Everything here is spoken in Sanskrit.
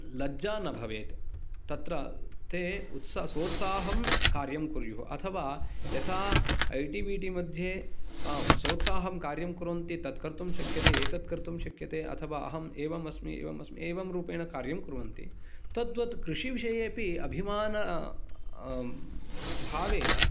लज्जा न भवेत् तत्र ते उत्स् सोत्साहं कार्यं कुर्युः अथवा यथा ऐ टी बि टी मध्ये सोत्साहं कार्यं कुर्वन्ति तत् कर्तुं शक्यते एतत् कर्तुं शक्यते अथवा अहं एवं अस्मि एवम् अस्मि एवं रूपेण कार्यं कुर्वन्ति तद्वत् कृषि विषये अपि अभिमान भावेन